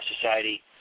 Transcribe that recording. society